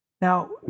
Now